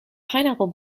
pineapple